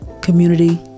Community